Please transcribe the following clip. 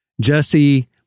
Jesse